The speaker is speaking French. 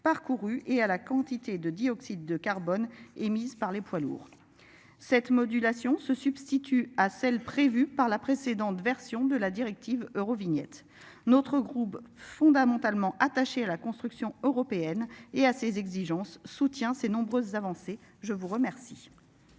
parcourus et à la quantité de dioxyde de carbone émise par les poids lourds cette modulation se substitue à celle prévue par la précédente version de la directive Eurovignette. Notre groupe fondamentalement attachés à la construction européenne et à ses exigences soutient ses nombreuses avancées. Je vous remercie.